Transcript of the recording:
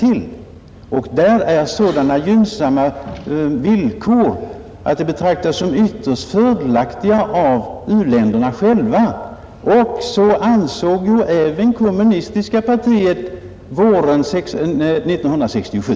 Villkoren är där så gynnsamma att de även av u-länderna själva betraktas som ytterst fördelaktiga. Så ansåg även det kommunistiska partiet våren 1967.